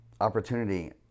opportunity